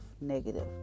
Negative